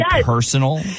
personal